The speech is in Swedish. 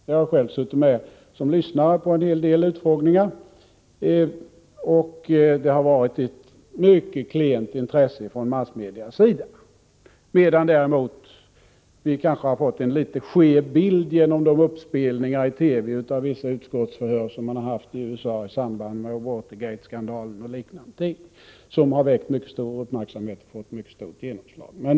Jag har själv suttit som lyssnare på en hel del utskottsutfrågningar, och det har varit ett mycket klent intresse från massmedias sida, medan vi däremot kanske har fått en litet skev bild genom de uppspelningar som förekommit i TV av vissa utskottsförhör i USA i samband med Watergateskandalen och liknande ting. Det har varit utfrågningar som väckt mycket stor uppmärksamhet och fått mycket stort genomslag.